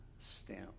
stamp